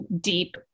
deep